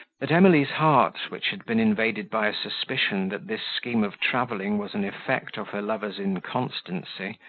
that emily's heart, which had been invaded by a suspicion that this scheme of travelling was an effect of her lover's inconstancy,